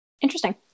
Interesting